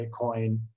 Bitcoin